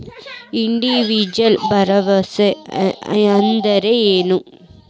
Individual borrowers ಅಂದ್ರೇನು?